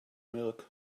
milk